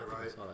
right